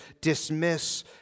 dismiss